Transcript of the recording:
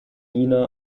nina